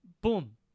boom